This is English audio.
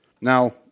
Now